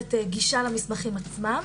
מאפשרת גישה למסמכים עצמם,